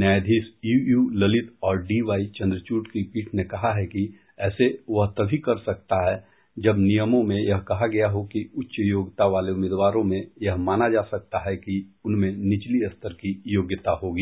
न्यायाधीश यू यू ललित और डी वाई चन्द्रचुड़ की पीठ ने कहा है कि ऐसे वह तभी कर सकता है जब नियमों में यह कहा गया हो कि उच्च योग्यता वाले उम्मीदवारों में यह माना जा सकता है कि उनमें निचली स्तर की योग्यता होगी